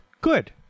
good